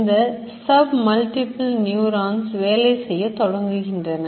இந்த Sub multiple neurons வேலை செய்யத் தொடங்குகின்றன